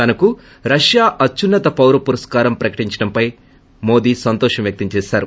తనకు రష్యా అవ్యున్నత పౌర పురస్కారం ప్రకటించడంపై మోడీ సంతోషం వ్యక్తం చేసారు